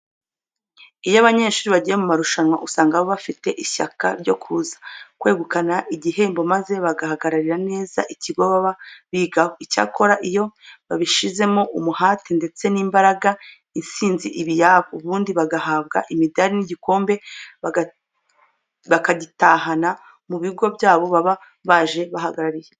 Iyo abanyeshuri bagiye mu marushanwa usanga baba bafite ishyaka ryo kuza kwegukana igihembo maze bagahagararira neza ikigo baba bigaho. Icyakora iyo babishizemo umuhate ndetse n'imbaraga insinzi iba iyabo, ubundi bagahabwa imidari n'igikombe bakagitahana mu bigo byabo baba baje bahagarariye.